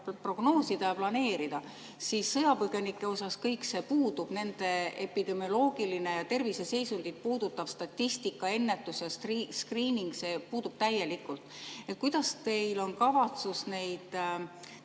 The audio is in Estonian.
prognoosida ja planeerida. Sõjapõgenike kohta aga puudub nende epidemioloogiline ja terviseseisundit puudutav statistika, ennetus ja skriining, see puudub täielikult. Kuidas teil on kavatsus neid